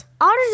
Otters